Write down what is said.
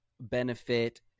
benefit